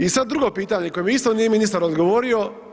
I sad drugo pitanje koje mi isto nije ministar odgovorio.